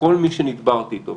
כל מי שנדברתי איתו,